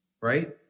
right